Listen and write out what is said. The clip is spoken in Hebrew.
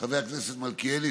חבר הכנסת מלכיאלי,